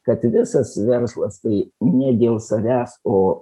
kad visas verslas tai ne dėl savęs o